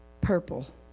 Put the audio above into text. purple